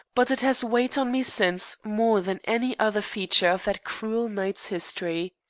but it has weighed on me since more than any other feature of that cruel night's history.